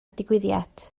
digwyddiad